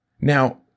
Now